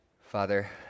Father